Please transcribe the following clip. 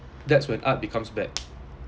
that's when art becomes bad